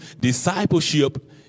Discipleship